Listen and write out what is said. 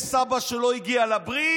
יש סבא שלא הגיע לברית,